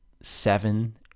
seven